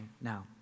Now